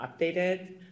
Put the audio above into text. updated